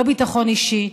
לא ביטחון אישי,